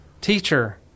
Teacher